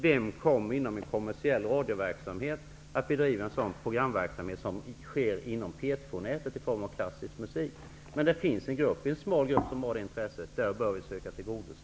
Vem kommer inom en kommersiell radioverksamhet att bedriva sådan programverksamhet som bedrivs inom P 2-nätet i form av klassisk musik? Det finns en smal grupp som har detta intresse, och det bör vi tillgodose.